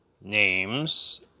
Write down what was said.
names